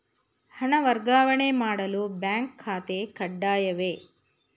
ಹಣ ವರ್ಗಾವಣೆ ಮಾಡಲು ಬ್ಯಾಂಕ್ ಖಾತೆ ಕಡ್ಡಾಯವೇ?